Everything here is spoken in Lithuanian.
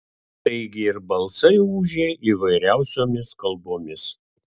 taigi ir balsai ūžė įvairiausiomis kalbomis